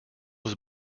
was